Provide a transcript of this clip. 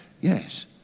yes